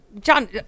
john